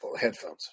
headphones